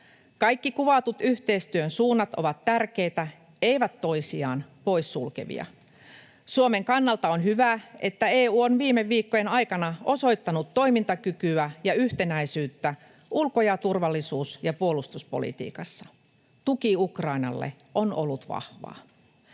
Kaikki kuvatut yhteistyön suunnat ovat tärkeitä, eivät toisiaan pois sulkevia. Suomen kannalta on hyvä, että EU on viime viikkojen aikana osoittanut toimintakykyä ja yhtenäisyyttä ulko-, turvallisuus- ja puolustuspolitiikassa. Tuki Ukrainalle on ollut vahvaa.